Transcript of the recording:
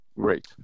great